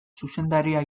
zuzendaria